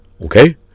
Okay